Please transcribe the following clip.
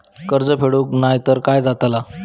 कर्ज फेडूक नाय तर काय जाताला?